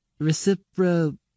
Recipro